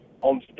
on